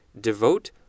devote